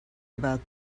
about